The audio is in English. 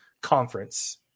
conference